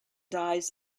dies